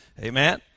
Amen